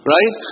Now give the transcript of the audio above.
Right